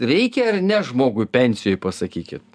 reikia ar ne žmogui pensijoj pasakykit